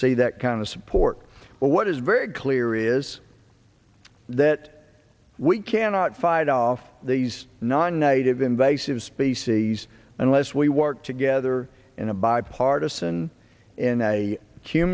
see that kind of support but what is very clear is that we cannot fight off these non native invasive species unless we work together in a bipartisan and i c